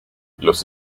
los